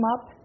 up